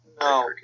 No